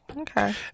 Okay